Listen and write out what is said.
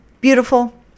Beautiful